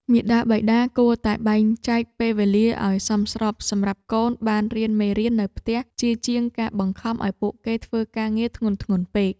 មាតាបិតាគួរតែបែងចែកពេលវេលាឱ្យបានសមស្របសម្រាប់កូនបានរៀនមេរៀននៅផ្ទះជាជាងការបង្ខំឱ្យពួកគេធ្វើការងារធ្ងន់ៗពេក។